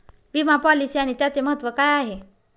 विमा पॉलिसी आणि त्याचे महत्व काय आहे?